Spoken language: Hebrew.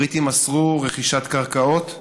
הבריטים אסרו רכישת קרקעות,